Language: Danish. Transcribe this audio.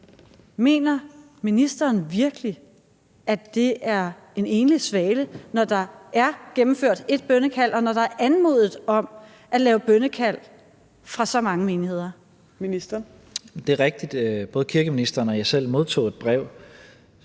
Mener ministeren virkelig, at det er en enlig svale, når der er gennemført et bønnekald, og når der er anmodet om at lave bønnekald fra så mange menigheders side? Kl. 15:29 Fjerde næstformand (Trine Torp):